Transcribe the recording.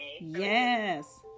Yes